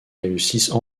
réussissent